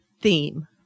theme